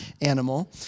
animal